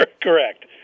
correct